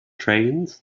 trains